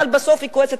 אבל בסוף היא כועסת,